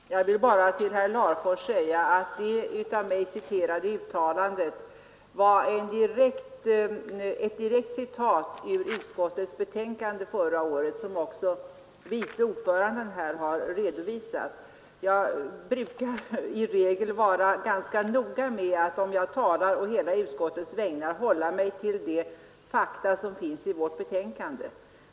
Herr talman! Jag vill bara till herr Larfors säga att det av mig gjorda uttalandet var ett direkt citat ur utskottets betänkande förra året, som också vice ordföranden här har redovisat. Jag brukar vara ganska noga med att om jag talar å hela utskottets vägnar hålla mig till de fakta som finns i vårt betänkande.